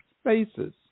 spaces